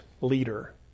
leader